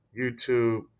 YouTube